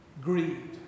Greed